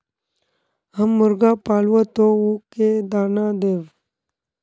हम मुर्गा पालव तो उ के दाना देव?